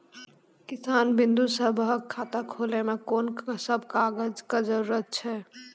किसान बंधु सभहक खाता खोलाबै मे कून सभ कागजक जरूरत छै?